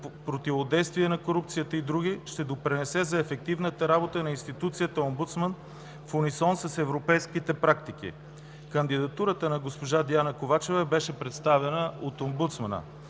противодействие на корупцията и други ще допринесе за ефективната работа на институцията Омбудсман в унисон с европейските практики. Кандидатурата на госпожа Диана Ковачева беше представена от омбудсмана.